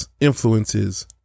influences